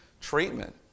treatment